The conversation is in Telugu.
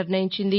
నిర్ణయించింది